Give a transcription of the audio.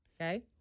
Okay